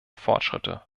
fortschritte